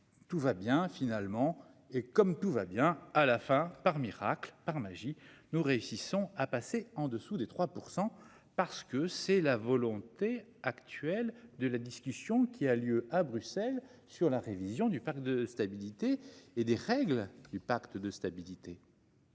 Tout va bien finalement. Et comme tout va bien à la fin par miracle par magie nous réussissons à passer en dessous des 3% parce que c'est la volonté actuelle de la discussion qui a lieu à Bruxelles sur la révision du parc de stabilité et des règles du pacte de stabilité.